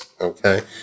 okay